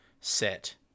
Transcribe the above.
set